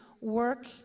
work